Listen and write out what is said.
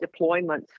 deployments